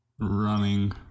running